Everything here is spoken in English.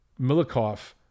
Milikov